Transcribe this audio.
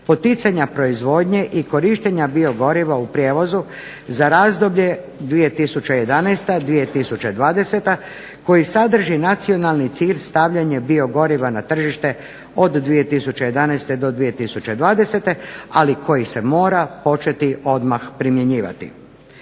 poticanja proizvodnje i korištenja biogoriva u prijevozu za razdoblje 2011./2020. koji sadrži nacionalni cilj stavljanje biogoriva na tržište od 2011. do 2020. ali koji se mora početi odmah primjenjivati.